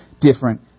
different